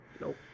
Nope